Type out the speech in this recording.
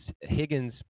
Higgins